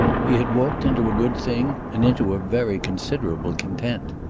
he had walked into a good thing, and into a very considerable content.